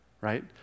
right